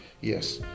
yes